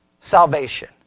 salvation